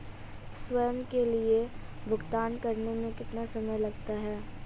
स्वयं के लिए भुगतान करने में कितना समय लगता है?